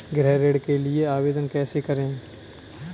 गृह ऋण के लिए आवेदन कैसे करें?